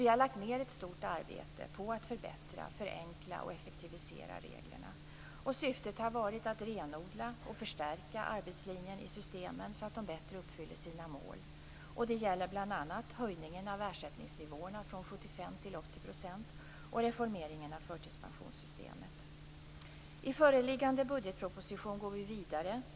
Vi har lagt ned ett stort arbete på att förbättra, förenkla och effektivisera reglerna. Syftet har varit att renodla och förstärka arbetslinjen i systemen, så att de bättre uppfyller sina mål. Det gäller bl.a. höjningen av ersättningsnivåerna från 75 till 80 % och reformeringen av förtidspensionssystemet. I föreliggande budgetproposition går vi vidare.